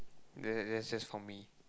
there that's just for me